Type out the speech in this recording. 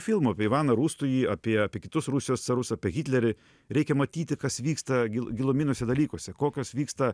filmų apie ivaną rūstųjį apie apie kitus rusijos carus apie hitlerį reikia matyti kas vyksta giluminuose dalykuose kokios vyksta